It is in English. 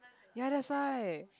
ya that's why